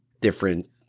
different